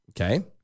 Okay